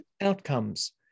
outcomes